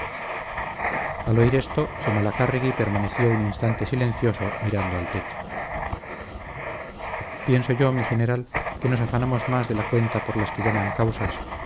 al oír esto zumalacárregui permaneció un instante silencioso mirando al techo pienso yo mi general que nos afanamos más de la cuenta por las que llaman causas